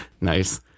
nice